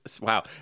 wow